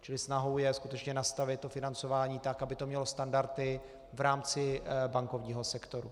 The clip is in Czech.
Čili snahou je skutečně nastavit financování tak, aby to mělo standardy v rámci bankovního sektoru.